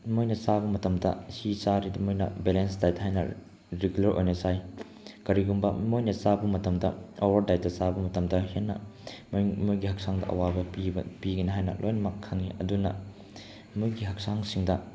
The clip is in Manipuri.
ꯃꯣꯏꯅ ꯆꯥꯕ ꯃꯇꯝꯗ ꯁꯤ ꯆꯥꯗ꯭ꯔꯗꯤ ꯃꯣꯏꯅ ꯕꯦꯂꯦꯟꯁ ꯗꯥꯏꯠ ꯍꯥꯏꯅ ꯔꯤꯒꯨꯂꯔ ꯑꯣꯏꯅ ꯆꯥꯏ ꯀꯔꯤꯒꯨꯝꯕ ꯃꯣꯏꯅ ꯆꯥꯕ ꯃꯇꯝꯗ ꯑꯋꯥꯔ ꯗꯥꯏꯠꯇ ꯆꯥꯕ ꯃꯇꯝꯗ ꯍꯦꯟꯅ ꯃꯣꯏꯒꯤ ꯍꯛꯆꯥꯡꯗ ꯑꯋꯥꯕ ꯄꯤꯒꯅꯤ ꯍꯥꯏꯅ ꯂꯣꯏꯅꯃꯛ ꯈꯪꯏ ꯑꯗꯨꯅ ꯃꯣꯏꯒꯤ ꯍꯛꯆꯥꯡꯁꯤꯡꯗ